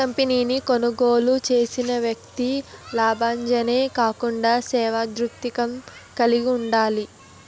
కంపెనీని కొనుగోలు చేసిన వ్యక్తి లాభాజనే కాకుండా సేవా దృక్పథం కలిగి ఉండాలి